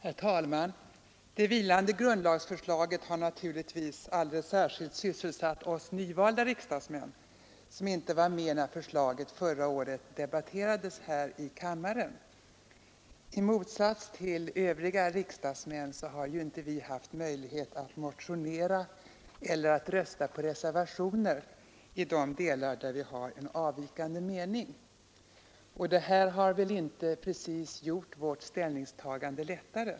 Herr talman! Det vilande grundlagsförslaget har naturligtvis alldeles särskilt sysselsatt oss nyvalda riksdagsmän, som inte var med när förslaget förra året debatterades här i kammaren. I motsats till övriga riksdagsmän har vi inte haft möjlighet att motionera eller att rösta på reservationer i de delar där vi har en avvikande mening. Deita har väl inte precis gjort vårt ställningstagande lättare.